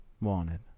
wanted